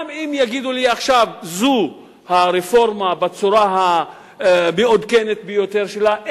גם אם יגידו לי עכשיו שזו הרפורמה בצורה המעודכנת ביותר שלה,